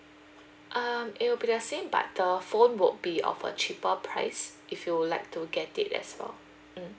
um it will be the same but the phone would be of a cheaper price if you would like to get it as well mm